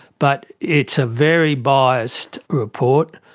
but it's a very biased report.